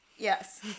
Yes